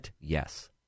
yes